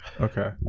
Okay